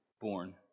born